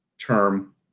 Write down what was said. term